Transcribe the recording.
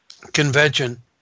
convention